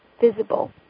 visible